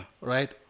Right